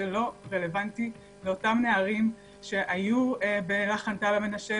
זה לא רלוונטי לאותם נערים שהיו ב"לחן טל מנשה",